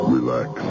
Relax